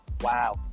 Wow